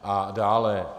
A dále.